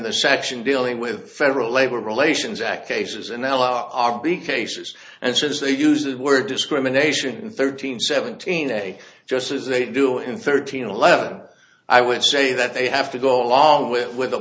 the section dealing with federal labor relations act cases and l o r b cases and since they use the word discrimination thirteen seventeen a just as they do in thirteen eleven i would say that they have to go along with it with